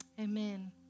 Amen